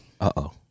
Uh-oh